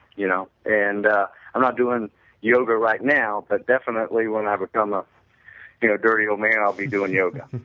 you know and i'm not doing yoga right now but definitely when i become ah you know dirty old man i'll be doing yoga